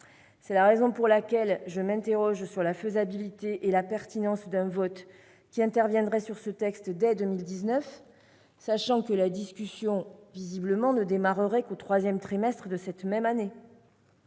C'est la raison pour laquelle je m'interroge sur la possibilité et la pertinence de voter ce texte dès 2019, sachant que la discussion ne démarrerait qu'au troisième trimestre de cette même année.